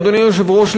אדוני היושב-ראש,